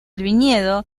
viñedo